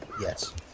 Yes